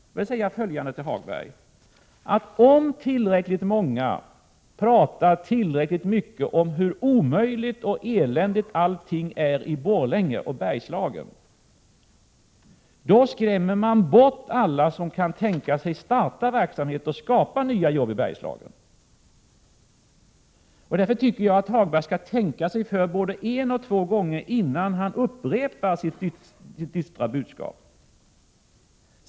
Jag vill säga följande till Hagberg: Om tillräckligt många talar tillräckligt mycket om hur omöjligt och eländigt allting är i Borlänge och Bergslagen, skrämmer man bort alla dem som skulle kunna tänka sig att starta verksamhet och skapa nya arbetstillfällen i Bergslagen. Jag tycker därför att Hagberg skall tänka sig för både en och två gånger innan han upprepar sitt dystra budskap.